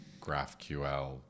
GraphQL